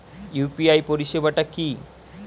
UPI পরিসেবাটা কি?